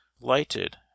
lighted